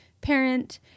parent